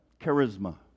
Charisma